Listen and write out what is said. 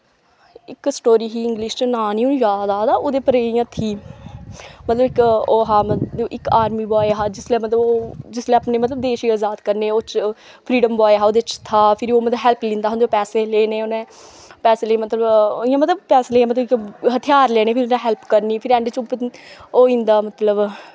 इक स्टोरी ही इंग्लिश च नांऽ नी हून याद आ दा ओह्दे पर इ'यां थीम मतलब इक ओह् हा मतलब इक आर्मी बोआय हा जिसलै मतलब ओह् जिसलै अपने मतलब देश गी अजाद करने ओह् फ्रीडम बाय हा ओह्दे च था फिर ओह् मतलब हैल्प लैंदा उंदे पैसे लेने उन्नै पैसे लेई मतलब इ'यां मतलब पैसे लेई मतलब कि हथियार लैने फिर उन्नै हैल्प करनी फिर ऐंड च ओह् होई जंदा मतलब